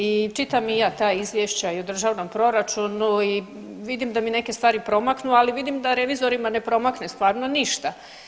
I čitam i ja ta izvješća i u Državnom proračunu i vidim da mi neke stvari promaknu, ali vidim da revizorima ne promakne stvarno ništa.